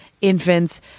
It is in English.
infants